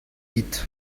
dit